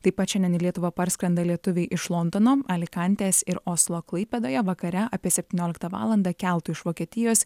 taip pat šiandien į lietuvą parskrenda lietuviai iš londono alikantės ir oslo klaipėdoje vakare apie septynioliktą valandą keltu iš vokietijos